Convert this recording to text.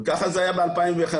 וככה זה היה ב-2005-6,